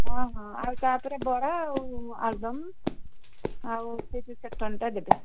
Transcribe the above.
ହଁ ହଁ ଆଉ ତା'ପରେ ବରା ଆଉ ଆଳୁଦମ ଆଉ ସେ ଯେଉଁ ଚଟଣିଟା ଦେବେ